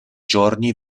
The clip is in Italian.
giorni